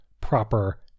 proper